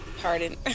Pardon